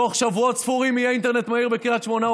בתוך שבועות ספורים יהיה אינטרנט מהיר בקריית שמונה,